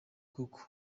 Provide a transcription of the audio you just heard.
koko